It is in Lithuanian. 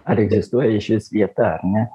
ar egzistuoja išvis vieta ar ne